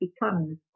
becomes